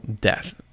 death